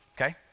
okay